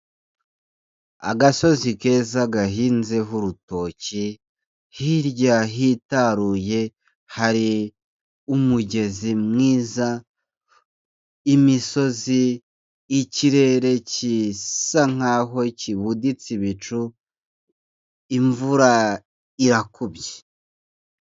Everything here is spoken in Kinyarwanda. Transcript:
Agasozi keza gahinzeho urutoki, hirya hitaruye hari umugezi mwiza, imisozi , ikirere gisa nk'aho kibuditse ibicu, imvura irakubye.